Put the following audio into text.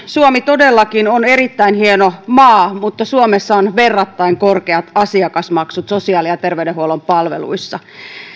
suomi todellakin on erittäin hieno maa mutta suomessa on verrattain korkeat asiakasmaksut sosiaali ja terveydenhuollon palveluissa